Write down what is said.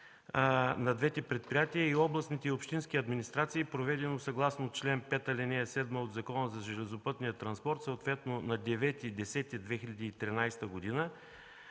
на двете предприятия и областните и общински администрации, проведено съгласно чл. 5, ал. 7 от Закона за железопътния транспорт, съответно на 9 октомври 2013 г. на